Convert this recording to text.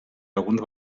alguns